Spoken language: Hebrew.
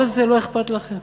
כל זה לא אכפת לכם?